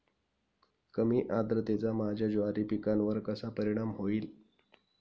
कमी आर्द्रतेचा माझ्या ज्वारी पिकावर कसा परिणाम होईल?